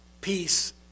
peace